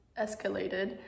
escalated